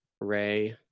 Ray